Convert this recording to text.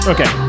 Okay